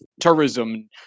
tourism